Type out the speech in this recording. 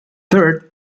third